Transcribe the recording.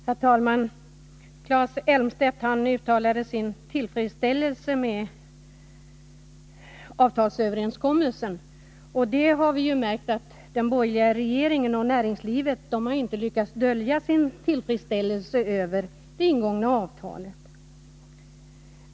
Herr talman! Claes Elmstedt uttalade sin tillfredsställelse med avtalsuppgörelsen. Den borgerliga regeringen och näringslivet har inte heller lyckats dölja sin tillfredsställelse över det ingångna avtalet.